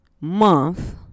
month